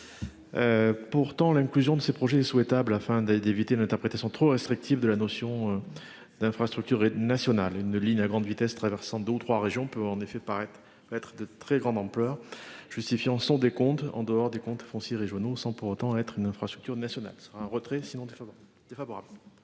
Pourtant l'inclusion de ces projets souhaitable afin d'et d'éviter une interprétation trop restrictive de la notion. D'infrastructures nationale une ligne à grande vitesse traversant deux ou trois régions peut en effet paraître être de très grande ampleur, justifiant son décompte en dehors des comptes fonciers régionaux sans pour autant être une infrastructure nationale sera un retrait sinon des